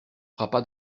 frappa